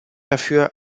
dafür